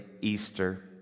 Easter